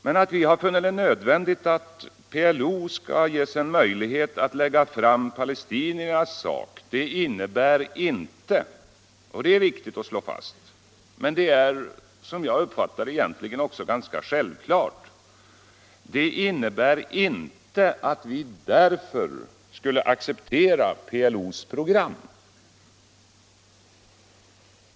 Men att vi har funnit det nödvändigt att PLO ges möjlighet att lägga fram palestiniernas sak innebär inte — det är viktigt att slå fast, men det är, som jag uppfattar det, också ganska självklart — att vi skulle acceptera PLO:s program.